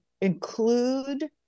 include